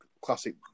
classic